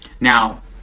Now